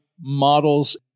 models